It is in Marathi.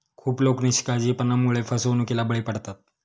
खूप लोक निष्काळजीपणामुळे फसवणुकीला बळी पडतात